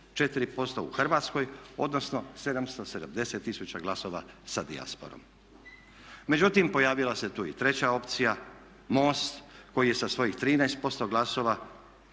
34% u Hrvatskoj odnosno 770 000 glasova sa dijasporom. Međutim, pojavila se tu i treća opcija MOST koji je sa svojih 13% glasova